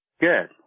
Good